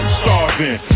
starving